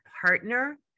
partner